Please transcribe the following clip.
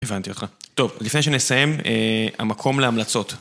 הבנתי אותך, טוב לפני שנסיים המקום להמלצות